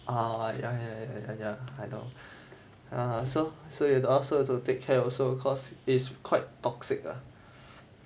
ah ya ya ya ya ya ya ya I know err so so you have to ask her to take care also cause it's quite toxic ah